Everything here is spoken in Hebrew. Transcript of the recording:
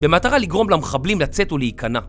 במטרה לגרום למחבלים לצאת ולהיכנע